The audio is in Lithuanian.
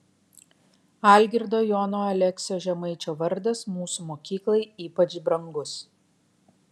algirdo jono aleksio žemaičio vardas mūsų mokyklai ypač brangus